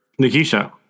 Nikisha